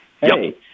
Hey